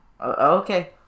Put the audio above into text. Okay